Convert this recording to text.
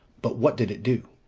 but, what did it do?